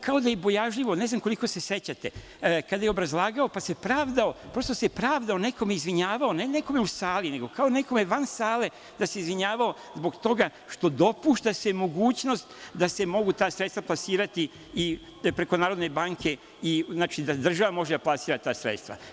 Kao da je bojažljivo, ne znam koliko se sećate, kada je obrazlagao, pa se pravdao, prosto se pravdao nekome i izvinjavao, ne nekome u sali, nego kao nekome van sale se izvinjavao zbog toga što se dopušta mogućnost da se mogu ta sredstva plasirati i preko Narodne banke i da država može da plasira ta sredstva.